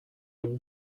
him